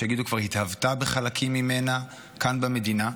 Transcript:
ויש כאלה שיגידו שכבר התהוותה בחלקים ממנה כאן במדינה,